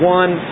one